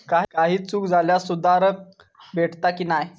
काही चूक झाल्यास सुधारक भेटता की नाय?